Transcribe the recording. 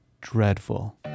dreadful